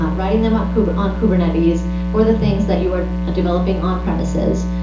ah writing them on kubernetes on kubernetes for the things that you are ah developing on premises,